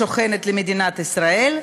שכנה למדינת ישראל,